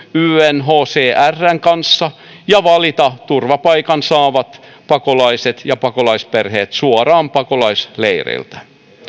unhcrn kanssa ja valita turvapaikan saavat pakolaiset ja pakolaisperheet suoraan pakolaisleireiltä